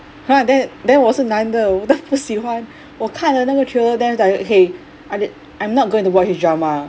!huh! then then 我是男的我都不喜欢我看了那个 trailer then 我讲 okay I'm not going to watch this drama